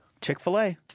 Chick-fil-A